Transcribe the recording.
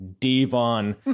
Devon